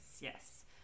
Yes